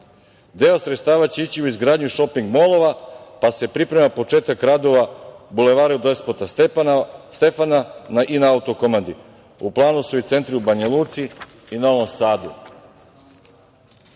Deo sredstava će ići u izgradnju šoping molova, pa se priprema početak radova u Bulevaru Despota Stefana i na Autokomandi. U planu su i centri u Banjaluci i Novom Sadu. Dame